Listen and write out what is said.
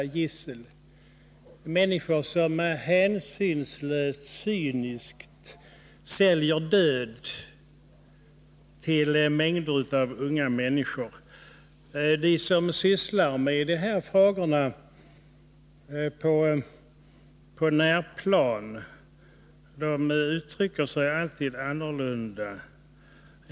Nr 108 Det är fråga om personer som hänsynslöst och cyniskt säljer död till mängder av unga människor. De som sysslar med de här frågorna på närplanet uttrycker sig alltid annorlunda än vad som sker i annan debatt.